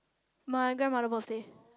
my grandmother birthday